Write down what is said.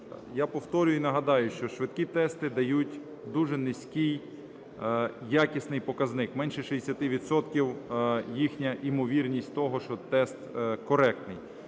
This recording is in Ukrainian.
Я повторюю і нагадаю, що швидкі тести дають дуже низький якісний показник – менше 60 відсотків їхня ймовірність того, що тест коректний.